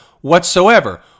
whatsoever